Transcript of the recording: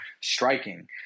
striking